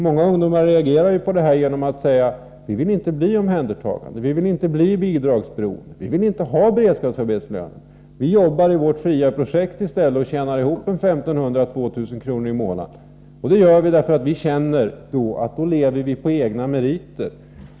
Många ungdomar reagerar på det här genom att säga: Vi vill inte bli omhändertagna, vi vill inte bli bidragsberoende, vi vill inte ha beredskapsarbetslön — vi jobbar i stället i vårt fria projekt och tjänar ihop 1 500-2 000 kr. i månaden, och det gör vi därför att vi då känner att vi lever på egna meriter.